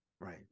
Right